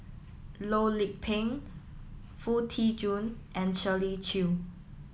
Loh Lik Peng Foo Tee Jun and Shirley Chew